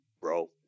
bro